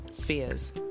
fears